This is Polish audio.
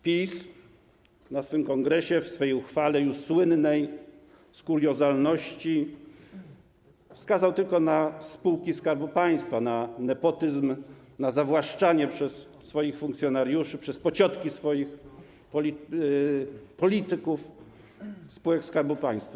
PiS na swym kongresie w uchwale, już słynnej z kuriozalności, wskazał tylko na spółki Skarbu Państwa, na nepotyzm, na zawłaszczanie przez swoich funkcjonariuszy, przez pociotki swoich polityków spółek Skarbu Państwa.